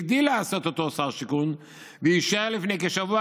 הגדיל לעשות אותו שר שיכון ואישר לפני כשבוע